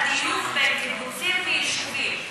על הדיוק בין קיבוצים ליישובים.